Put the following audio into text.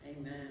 Amen